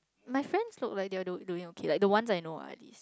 my friends look like they're doing okay like the ones I know lah at least